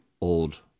old